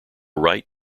write